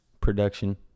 production